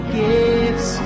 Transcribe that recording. gives